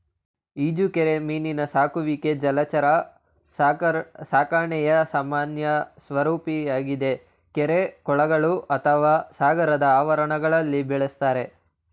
ಈಜುರೆಕ್ಕೆ ಮೀನಿನ ಸಾಕುವಿಕೆ ಜಲಚರ ಸಾಕಣೆಯ ಸಾಮಾನ್ಯ ಸ್ವರೂಪವಾಗಿದೆ ಕೆರೆ ಕೊಳಗಳು ಅಥವಾ ಸಾಗರದ ಆವರಣಗಳಲ್ಲಿ ಬೆಳೆಸ್ತಾರೆ